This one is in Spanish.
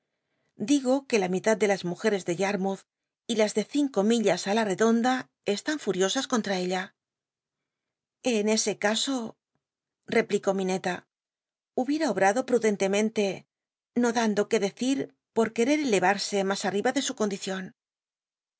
digo que la mitad de las mujeres de yarmouth y las de cinco millas i la cdonda esui n furiosas conta ella en ese caso replicó llineta hubiera obrado p udentemenle no dando que decir por querer elevarse mas arriba de su cond